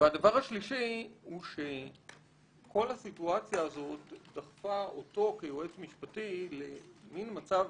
הדבר השלישי הוא שכל הסיטואציה הזאת דחפה אותו כיועץ משפטי למן מצב,